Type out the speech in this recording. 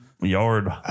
Yard